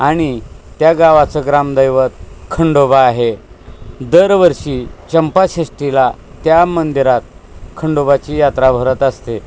आणि त्या गावाचं ग्रामदैवत खंडोबा आहे दरवर्षी चंपाषष्टीला त्या मंदिरात खंडोबाची यात्रा भरत असते